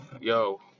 Yo